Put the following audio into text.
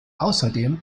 außerdem